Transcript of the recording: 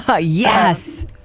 Yes